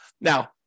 Now